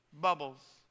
bubbles